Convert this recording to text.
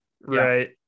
Right